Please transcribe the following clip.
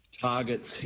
targets